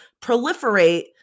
proliferate